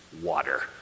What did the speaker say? water